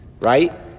right